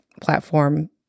platform